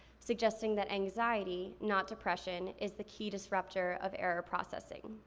suggesting that anxiety, not depression, is the key disruptor of error processing.